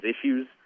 issues